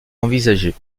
envisagée